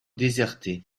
déserté